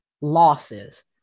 losses